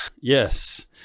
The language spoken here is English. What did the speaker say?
yes